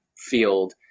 field